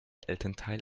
elternteil